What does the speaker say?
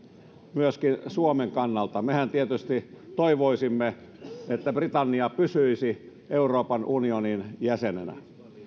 myöskin suomen kannalta mehän tietysti toivoisimme että britannia pysyisi euroopan unionin jäsenenä